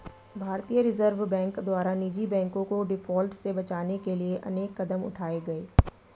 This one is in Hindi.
भारतीय रिजर्व बैंक द्वारा निजी बैंकों को डिफॉल्ट से बचाने के लिए अनेक कदम उठाए गए